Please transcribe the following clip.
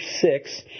six